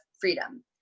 freedom